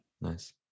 Nice